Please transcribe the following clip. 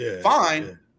fine